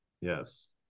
Yes